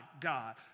god